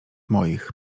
moich